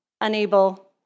unable